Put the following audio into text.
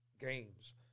games